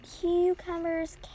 Cucumbers